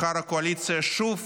מחר הקואליציה שוב